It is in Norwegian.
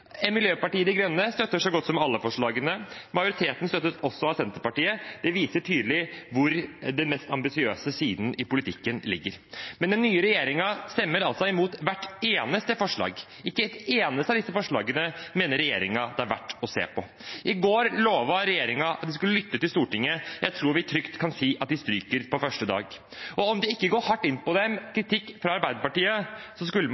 Miljøpartiet De Grønne støtter så godt som alle forslagene, majoriteten støttes også av Senterpartiet. Det viser tydelig hvor den mest ambisiøse siden i politikken ligger. Men den nye regjeringen stemmer altså imot hvert eneste forslag – ikke et eneste av disse forslagene mener regjeringen det er verdt å se på. I går lovet regjeringen at de skulle lytte til Stortinget. Jeg tror vi trygt kan si at de stryker på første dag. Og om kritikk fra Arbeiderpartiet ikke går hardt inn på dem, skulle man